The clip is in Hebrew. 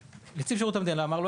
אבל נציב שירות המדינה בא ואמר: לא